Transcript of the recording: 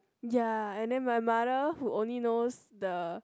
ya and then my mother who only knows the